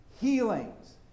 healings